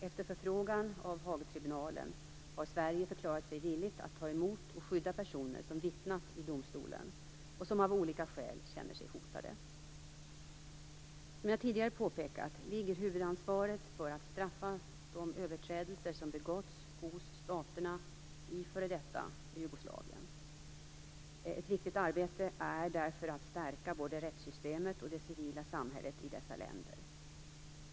Efter förfrågan av Haagtribunalen har Sverige förklarat sig villigt att ta emot och skydda personer som vittnat i domstolen och som av olika skäl känner sig hotade. Som jag tidigare påpekat ligger huvudansvaret för att straffa de överträdelser som begåtts hos staterna i f.d. Jugoslavien. Ett viktigt arbete är därför att stärka både rättssystemet och det civila samhället i dessa länder.